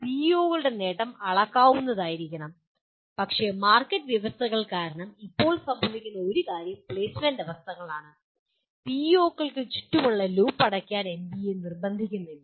പിഇഒകളുടെ നേട്ടം അളക്കാവുന്നതായിരിക്കണം പക്ഷേ മാർക്കറ്റ് അവസ്ഥകൾ കാരണം ഇപ്പോൾ സംഭവിക്കുന്ന ഒരു കാര്യം പ്ലേസ്മെന്റ് അവസ്ഥകളാണ് പിഇഒകൾക്ക് ചുറ്റുമുള്ള ലൂപ്പ് അടയ്ക്കാൻ എൻബിഎ നിർബന്ധിക്കുന്നില്ല